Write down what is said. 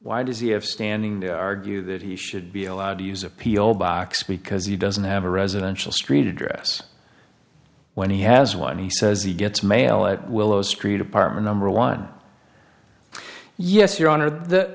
why does he have standing to argue that he should be allowed to use appeal box because he doesn't have a residential street address when he has one he says he gets mail at willow street apartment number one yes your honor that